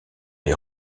les